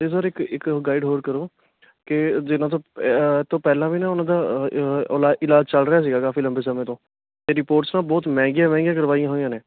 ਅਤੇ ਸਰ ਇੱਕ ਇੱਕ ਗਾਈਡ ਹੋਰ ਕਰੋ ਕਿ ਜਿਹਨਾਂ ਤੋਂ ਤੋਂ ਪਹਿਲਾਂ ਵੀ ਨਾ ਉਹਨਾਂ ਦਾ ਇਲਾ ਇਲਾਜ ਚੱਲ ਰਿਹਾ ਸੀਗਾ ਕਾਫ਼ੀ ਲੰਬੇ ਸਮੇਂ ਤੋਂ ਅਤੇ ਰਿਪੋਰਟਸ ਨਾ ਬਹੁਤ ਮਹਿੰਗੀਆਂ ਮਹਿੰਗੀਆਂ ਕਰਵਾਈਆਂ ਹੋਈਆਂ ਨੇ